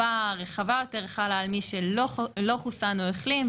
חובה רחבה יותר חלה על מי שלא חוסן או החלים,